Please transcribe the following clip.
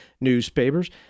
newspapers